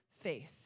faith